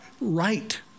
right